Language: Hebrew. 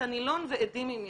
את הנילון ועדים אם ישנם,